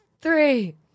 Three